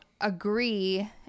agree